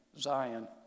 Zion